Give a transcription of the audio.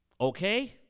okay